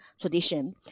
tradition